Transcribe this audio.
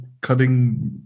cutting